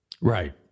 Right